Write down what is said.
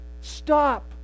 Stop